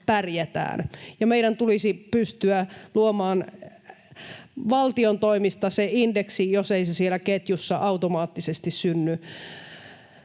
meidän tulisi pystyä luomaan valtion toimesta se indeksi, jos ei se siellä ketjussa automaattisesti synny,